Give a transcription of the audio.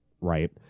right